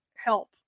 help